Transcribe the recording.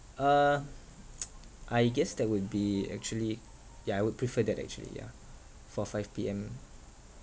uh I guess that would be actually ya I would prefer that actually yeah for five P_M